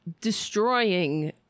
destroying